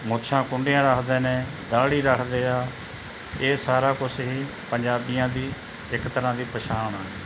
ਮੁੱਛਾਂ ਕੁੰਡੀਆਂ ਰੱਖਦੇ ਨੇ ਦਾੜ੍ਹੀ ਰੱਖਦੇ ਆ ਇਹ ਸਾਰਾ ਕੁਛ ਹੀ ਪੰਜਾਬੀਆਂ ਦੀ ਇੱਕ ਤਰ੍ਹਾਂ ਦੀ ਪਛਾਣ ਆ